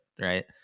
right